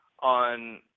On